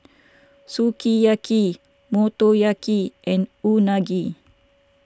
Sukiyaki Motoyaki and Unagi